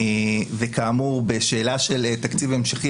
וכאמור בשאלה של תקציב המשכי,